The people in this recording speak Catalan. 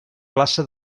classe